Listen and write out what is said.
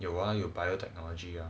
有 ah 有 biotechnology ah